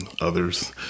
others